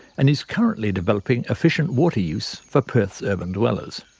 and is currently developing efficient water use for perth's urban dwellers.